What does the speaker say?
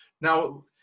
now